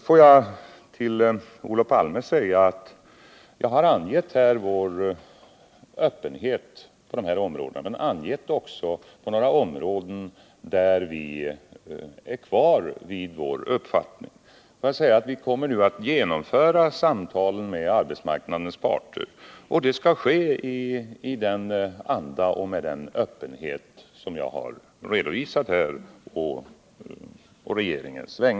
Låt mig till Olof Palme säga att jag har här angett vår öppenhet på dessa områden men också angett några områden där vi är kvar vid vår uppfattning. Vi kommer nu att genomföra samtal med arbetsmarknadens parter, och det skall ske i den anda och med den öppenhet som jag har redovisat här på regeringens vägnar.